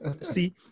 See